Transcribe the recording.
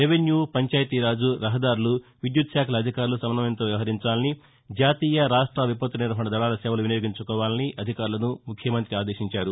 revenue Panchayati Raj రహదారులు విద్యుత్ శాఖల అధికారులు సమస్వయంతో వ్యవహరించాలని జాతీయ రాష్ట్ర విపత్తు నిర్వహణ దళాల సేవలను వినియోగించుకోవాలని అధికారులను ముఖ్యమంతి చంద్రబాబు నాయుడు ఆదేశించారు